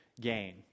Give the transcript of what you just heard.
gain